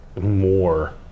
more